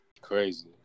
crazy